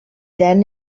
then